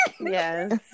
Yes